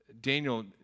Daniel